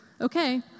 Okay